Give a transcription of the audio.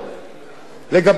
לגבי החיילים,